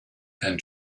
and